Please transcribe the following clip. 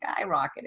skyrocketed